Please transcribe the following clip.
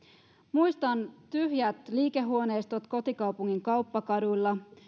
muistan tyhjät liikehuoneistot kotikaupungin kauppakaduilla